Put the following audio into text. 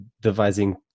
devising